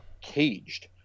caged